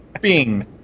Bing